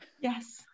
Yes